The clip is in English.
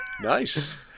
Nice